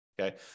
okay